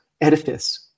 edifice